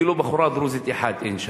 אפילו בחורה דרוזית אחת אין שם.